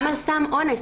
גם על סם אונס,